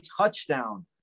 touchdown